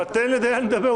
אבל תן לדיין לדבר,